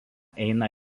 eina